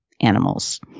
animals